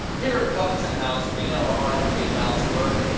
here at covetton house, we know how hard it can be to balance work,